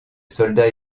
soldat